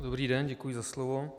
Dobrý den, děkuji za slovo.